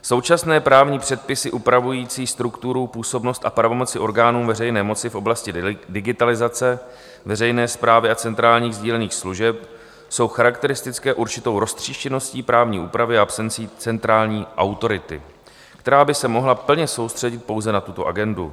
Současné právní předpisy upravující strukturu, působnost a pravomoci orgánům veřejné moci v oblasti digitalizace veřejné správy a centrálních sdílených služeb jsou charakteristické určitou roztříštěností právní úpravy a absencí centrální autority, která by se mohla plně soustředit pouze na tuto agendu.